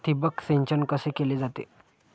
ठिबक सिंचन कसे केले जाते?